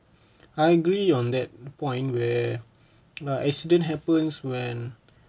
I agree on that point where the accident happens when